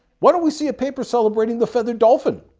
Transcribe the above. why don't we see a paper celebrating the feathered dolphin?